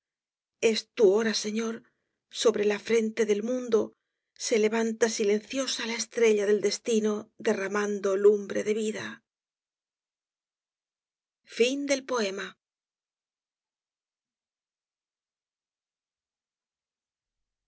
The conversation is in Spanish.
es la hora de dios sobre la frente del mundo se levanta silenciosa la estrella del destino derramando lumbre de vida